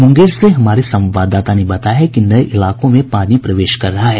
मुंगेर से हमारे संवाददाता ने बताया है कि नये इलाकों में पानी प्रवेश कर रहा है